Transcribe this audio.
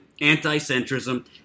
anti-centrism